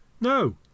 No